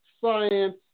science